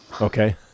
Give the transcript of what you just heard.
okay